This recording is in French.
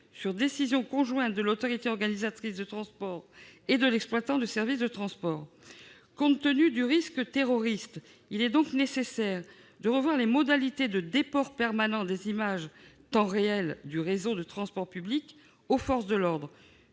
sur décision conjointe de l'autorité organisatrice de transport et de l'exploitant de service de transport ». Compte tenu du risque terroriste, il est nécessaire de revoir les modalités de déport permanent des images en temps réel du réseau de transport public aux forces de l'ordre-